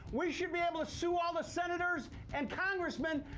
we should be able to sue all the senators and congressmen,